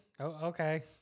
Okay